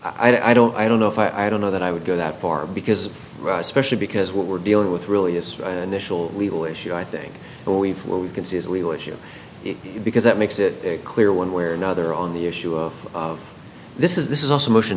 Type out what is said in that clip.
i don't i don't know if i don't know that i would go that far because especially because what we're dealing with really is initial legal issue i think what we can see is a legal issue because that makes it clear one way or another on the issue of this is this is also motion